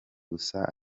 gusa